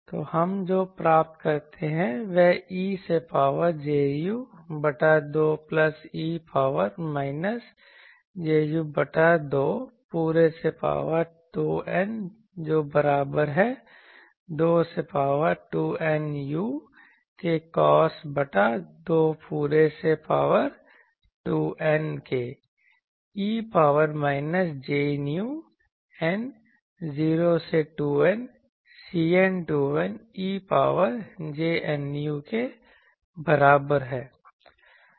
तो हम जो प्राप्त करते हैं वह e से पावर j u बटा 2 plus e power minus j u बटा 2 पूरे से पावर 2N जो बराबर है 2 से पावर 2N u के कोस बटा 2 पूरे से पावर 2N के e power minus j Nu n 0 से 2N Cn2N e power j nu के बराबर है